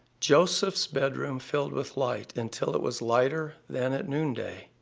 joseph's bedroom filled with light until it was lighter than at noonday.